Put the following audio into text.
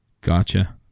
Gotcha